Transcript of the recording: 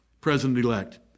president-elect